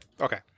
Okay